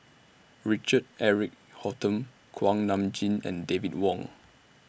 Richard Eric Holttum Kuak Nam Jin and David Wong